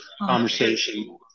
conversation